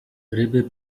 ryby